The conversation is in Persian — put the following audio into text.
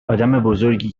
آدمبزرگی